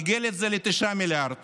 עיגל את זה ל-9 מיליארד